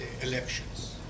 elections